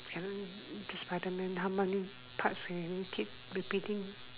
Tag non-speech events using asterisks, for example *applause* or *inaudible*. *noise* Spiderman how many parts we keep repeating